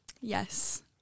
Yes